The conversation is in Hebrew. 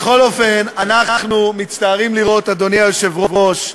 בכל אופן, אנחנו מצטערים לראות, אדוני היושב-ראש,